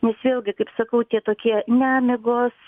nes vėlgi kaip sakau tie tokie nemigos